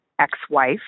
ex-wife